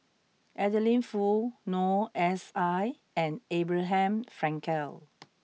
Adeline Foo Noor S I and Abraham Frankel